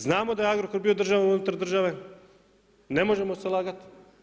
Znamo da je Agrokor bio država unutar države, ne možemo se lagati.